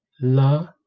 La